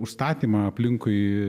užstatymą aplinkui